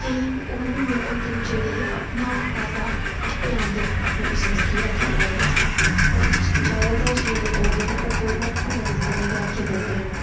केईं होर ऐसे बी होंदे न जेह्के अपने बिज़नेस च पैसा आपें लाने न बिज़नेस अग्गै बधानै गित्तै पर जादैतर जेह्ड़े लोक न ओह् गौरमेंट दी मदद कन्नै गै अग्गै बधदे न